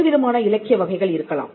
வேறுவிதமான இலக்கிய வகைகள் இருக்கலாம்